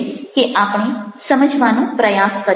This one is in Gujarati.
એ ખૂબ ખૂબ મહત્ત્વનું છે કે આપણે સમજવાનો પ્રયાસ કરીએ